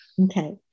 Okay